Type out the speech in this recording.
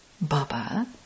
Baba